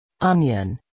Onion